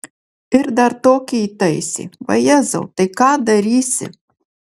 ir dar tokį įtaisė vajezau tai ką darysi